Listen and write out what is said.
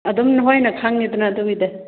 ꯑꯗꯨꯝ ꯅꯈꯣꯏꯅ ꯈꯪꯏꯗꯅ ꯑꯗꯨꯒꯤꯗꯤ